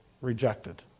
rejected